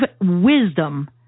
wisdom